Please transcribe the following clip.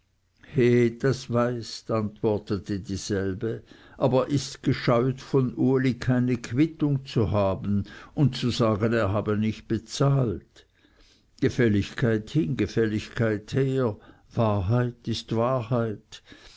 das weißt antwortete dieselbe aber ists gescheut von uli keine quittung zu haben und zu sagen er habe nicht bezahlt gefälligkeit hin gefälligkeit her wahrheit ist wahrheit